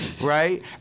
right